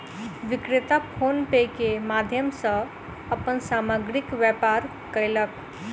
विक्रेता PhonePe के माध्यम सॅ अपन सामग्रीक व्यापार कयलक